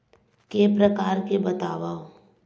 के प्रकार बतावव?